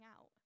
out